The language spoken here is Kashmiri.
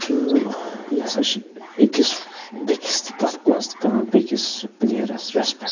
تہٕ یہِ ہَسا چھِ أکِس بیٚکِس تہِ تَتھ منٛز تہِ کَران بیٚکِس پٕلیرَس رٮ۪سپٮ۪کٹ